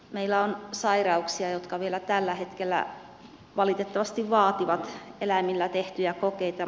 meillä on sairauksia jotka vielä tällä hetkellä valitettavasti vaativat eläimillä tehtyjä kokeita